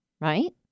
right